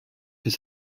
has